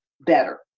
better